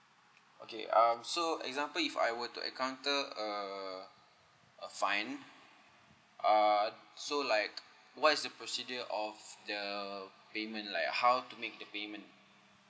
okay um so example if I were to encounter a a fine uh so like what is the procedure of the payment like how to make the payment